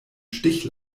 stich